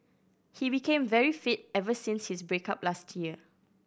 he became very fit ever since his break up last year